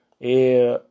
et